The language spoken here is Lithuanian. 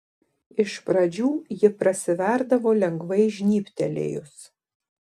iš pradžių ji prasiverdavo lengvai žnybtelėjus